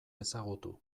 ezagutu